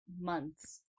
months